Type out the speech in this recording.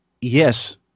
Yes